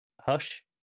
Hush